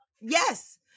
Yes